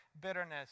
bitterness